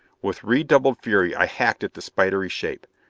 with redoubled fury i hacked at the spidery shape.